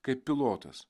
kaip pilotas